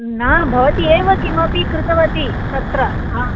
न भवती एव किमपि कृतवती तत्र हा